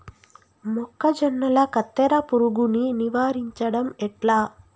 మొక్కజొన్నల కత్తెర పురుగుని నివారించడం ఎట్లా?